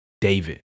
David